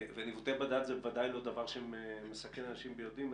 אני מקבל לגמרי שניווטי בדד זה ודאי לא דבר שמסכן אנשים ביודעין.